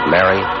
Mary